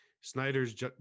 Snyder's